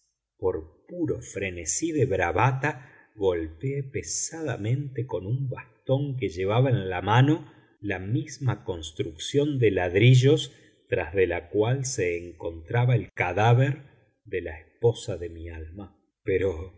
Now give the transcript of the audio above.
por puro frenesí de bravata golpeé pesadamente con un bastón que llevaba en la mano la misma construcción de ladrillos tras de la cual se encontraba el cadáver de la esposa de mi alma pero